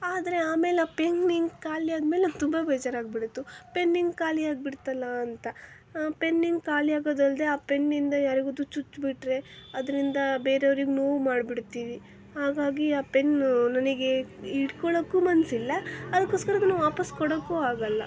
ಆದರೆ ಆಮೇಲೆ ಆ ಪೆನ್ ಇಂಕ್ ಖಾಲಿಯಾದಮೇಲೆ ನನಗೆ ತುಂಬ ಬೇಜಾರಾಗಿಬಿಡ್ತು ಪೆನ್ ಇಂಕ್ ಖಾಲಿಯಾಗ್ಬಿಡ್ತಲ್ಲ ಅಂತ ಪೆನ್ ಇಂಕ್ ಖಾಲಿಯಾಗೋದಲ್ಲದೆ ಆ ಪೆನ್ನಿಂದ ಯಾರಿಗಾದರೂ ಚುಚ್ಚಿಬಿಟ್ರೆ ಅದರಿಂದ ಬೇರೆಯೋರಿಗೆ ನೋವು ಮಾಡಿಬಿಡ್ತೀವಿ ಹಾಗಾಗಿ ಆ ಪೆನ್ನು ನನಗೆ ಇಟ್ಕೊಳ್ಳೋಕೂ ಮನಸ್ಸಿಲ್ಲ ಅದಕ್ಕೋಸ್ಕರ ಅದನ್ನು ವಾಪಸ್ ಕೊಡೋಕ್ಕೂ ಆಗಲ್ಲ